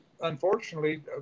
Unfortunately